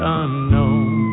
unknown